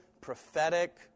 prophetic